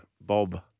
Bob